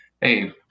hey